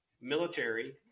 military